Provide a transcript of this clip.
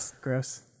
Gross